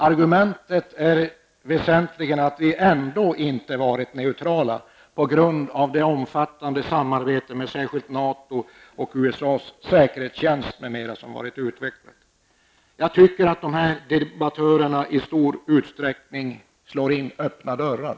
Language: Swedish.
Argumentet är väsentligen att vi ändå inte varit neutrala på grund av det omfattande och utvecklade samarbetet med Nato och USAs säkerhetstjänst m.m. Min åsikt är att dessa debattörer i stor utsträckning slår in öppna dörrar.